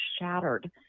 shattered